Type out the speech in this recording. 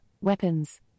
weapons